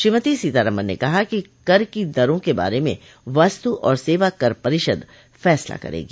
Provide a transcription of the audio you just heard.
श्रीमती सीतारमन ने कहा कि कर की दरों के बारे में वस्तू और सेवा कर परिषद फैसला करेगी